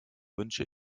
wünsche